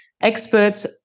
experts